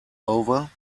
over